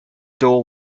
door